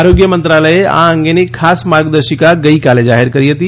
આરોગ્ય મંત્રાલયે આ અંગેની ખાસ માર્ગદર્શિકા ગઈકાલે જારી કરી હતી